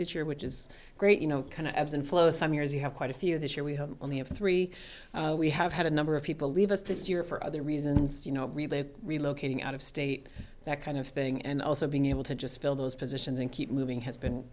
each year which is great you know kind of abs and flow some years you have quite a few this year we only have three we have had a number of people leave us this year for other reasons you know relocating out of state that kind of thing and also being able to just fill those positions and keep moving has been